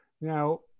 Now